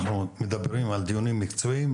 אנחנו מדברים על דיונים מקצועיים,